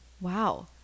Wow